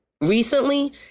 recently